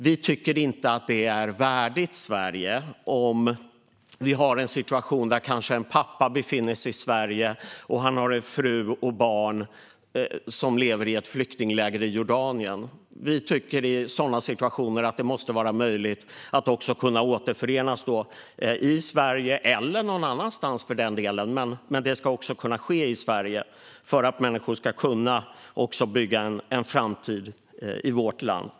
Vi tycker inte att det är värdigt Sverige med en situation där kanske en pappa befinner sig i Sverige och har en fru och barn i ett flyktingläger i Jordanien. Vi tycker att det i sådana situationer måste vara möjligt att återförenas i Sverige eller någon annanstans, för den delen. Men det ska kunna ske även i Sverige för att människor ska kunna bygga en framtid i vårt land.